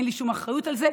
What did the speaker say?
אין לי שום אחריות על זה,